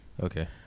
Okay